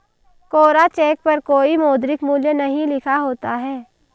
कोरा cheque पर कोई मौद्रिक मूल्य नहीं लिखा होता है